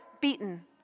beaten